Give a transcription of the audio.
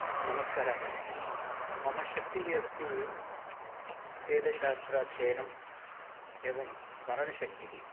नमस्कारः मम शक्तिः अस्ति वेदशास्त्राध्ययनम् एवं स्मरणशक्तिः